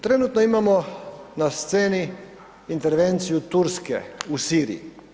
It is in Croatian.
Trenutno imamo na sceni intervenciju Turske u Siriji.